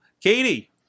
Katie